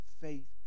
faith